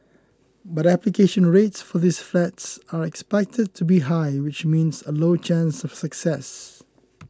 but application rates for these flats are expected to be high which means a lower chance of success